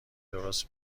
درست